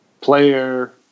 player